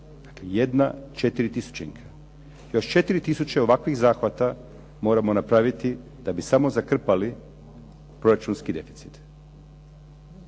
jedna četiri tisućinka. Još 4000 ovakvih zahvata moramo napraviti da bi samo zakrpali proračunski deficit.